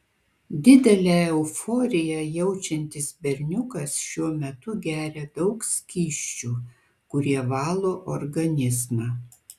didelę euforiją jaučiantis berniukas šiuo metu geria daug skysčių kurie valo organizmą